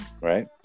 right